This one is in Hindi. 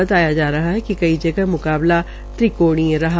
बताया जा रहा है कि कई जगह मुकाबला त्रिकाणीय रहा